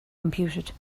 computed